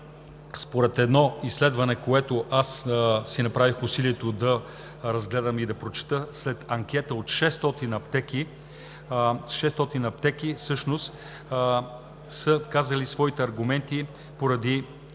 Според едно изследване, което аз си направих усилието да разгледам и прочета, след анкета на 600 аптеки, които са казали своите аргументи поради